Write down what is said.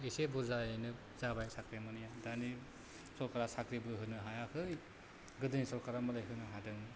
एसे बुरजायैनो जाबाय साख्रि मावनाया दानि सरखारा साख्रिबो होनो हायाखै गोदोनि सरखारा मालाय होनो हादों